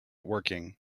working